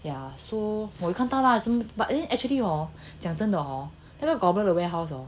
yeah so 我有看到 lah but then actually hor 讲真的 hor 那个 gobbler the warehouse hor